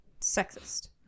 Sexist